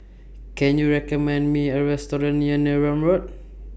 Can YOU recommend Me A Restaurant near Neram Road